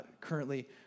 currently